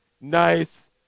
nice